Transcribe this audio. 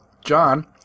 John